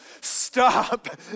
Stop